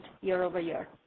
year-over-year